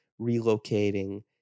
relocating